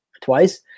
twice